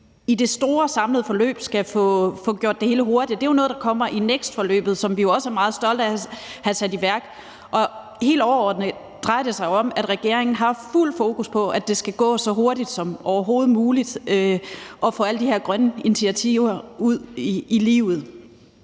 i det store, samlede forløb skal få gjort det hele hurtigere, er jo noget, der kommer i NEKST-forløbet, som vi også er meget stolte af at have sat i værk. Og helt overordnet drejer det sig jo om, at regeringen har fuldt fokus på, at det skal gå så hurtigt som overhovedet muligt at få ført alle de her grønne initiativer ud i livet.